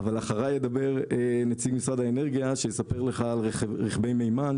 אבל אחריי ידבר נציג משרד האנרגיה שיספר לך על רכבי מימן,